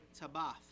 Tabath